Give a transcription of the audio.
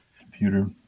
Computer